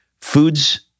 foods